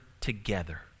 together